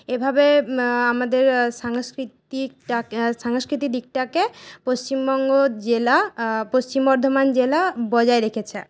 এভাবে আমাদের সাংস্কৃতিকটাকে সাংস্কৃতিক দিকটাকে পশ্চিমবঙ্গ জেলা পশ্চিম বর্ধমান জেলা বজায় রেখেছে